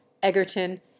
egerton